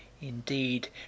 indeed